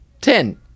Ten